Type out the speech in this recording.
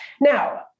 Now